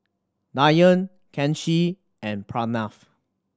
Dhyan Kanshi and Pranav